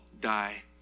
die